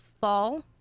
fall